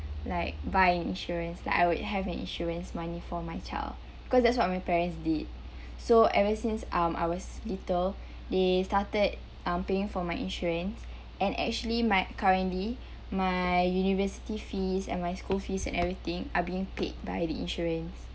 like buy insurance like I would have an insurance money for my child because that's what my parents did so ever since um I was little they started um paying for my insurance and actually my currently my university fees and my school fees and everything are being paid by the insurance